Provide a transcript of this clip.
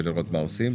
לראות מה עושים.